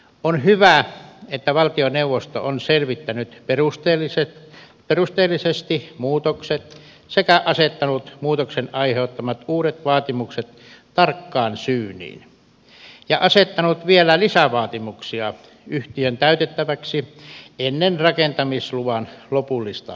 on hyvä että valtioneuvosto on selvittänyt perusteellisesti muutokset sekä asettanut muutoksen aiheuttamat uudet vaatimukset tarkkaan syyniin ja asettanut vielä lisävaatimuksia yhtiön täytettäväksi ennen rakentamisluvan lopullista myöntämistä